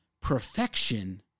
perfection